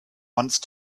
once